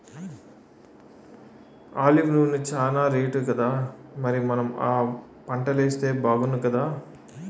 olive నూనె చానా రేటుకదా మరి మనం ఆ పంటలేస్తే బాగుణ్ణుకదా